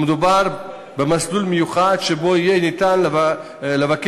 מדובר במסלול מיוחד שבו יהיה ניתן לבקש